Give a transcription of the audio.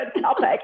topic